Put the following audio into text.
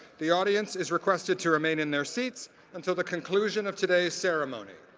the audience is requested to remain in their seats until the conclusion of today's ceremony.